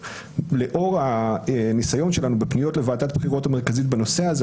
ולאור הניסיון שלנו בפניות לוועדת הבחירות המרכזית בנושא הזה,